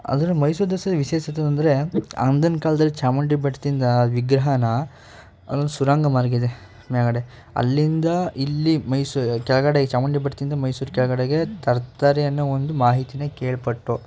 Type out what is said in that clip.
ಅಂದರೆ ಮೈಸೂರು ದಸರಾ ವಿಶೇಷತೆ ಏನಂದರೆ ಅಂದಿನ ಕಾಲ್ದಲ್ಲಿ ಚಾಮುಂಡಿ ಬೆಟ್ಟದಿಂದ ವಿಗ್ರಹನ ಅಲ್ಲೊಂದು ಸುರಂಗ ಮಾರ್ಗವಿದೆ ಮೇಲುಗಡೆ ಅಲ್ಲಿಂದ ಇಲ್ಲಿ ಮೈಸೂರು ಕೆಳಗಡೆಗೆ ಚಾಮುಂಡಿ ಬೆಟ್ಟದಿಂದ ಮೈಸೂರು ಕೆಳಗಡೆಗೆ ತರ್ತಾರೆ ಅನ್ನೋ ಒಂದು ಮಾಹಿತಿಯ ಕೇಳಿಪಟ್ಟೋ